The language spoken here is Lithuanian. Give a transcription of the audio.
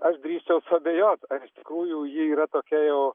aš drįsčiau suabejot ar iš tikrųjų ji yra tokia jau